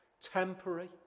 temporary